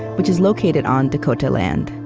which is located on dakota land.